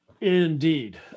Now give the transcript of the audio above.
Indeed